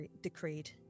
decreed